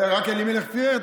רק אלימלך פירר?